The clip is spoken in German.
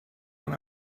man